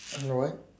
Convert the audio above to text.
what